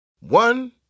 One